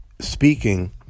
speaking